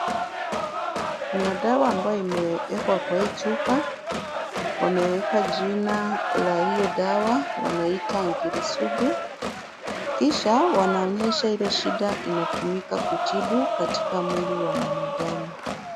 Kuna dawa ambayo imeekwa kwa hii chupa. Wameweka jina la hio dawa. Wanaita Ngiri sugu. Kisha wanaonyesha ile shida inatumika kutibu katika mwili wa mwanadamu.